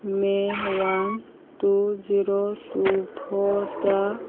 ꯃꯦ one two zero two ꯐꯣꯔꯗ